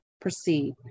proceed